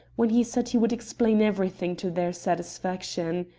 when he said he would explain everything to their satisfaction.